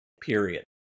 period